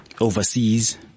Overseas